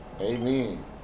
Amen